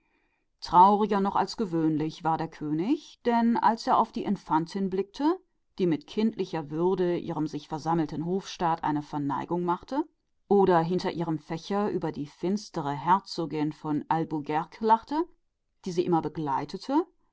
trauriger noch als gewöhnlich war der könig denn als er auf die infantin herniedersah die sich mit kindlichem ernst gegen die sich versammelnden höflinge verneigte oder hinter ihrem fächer über die grimmige herzogin von albuquerque lachte die sie immer begleitete